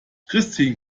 christin